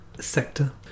sector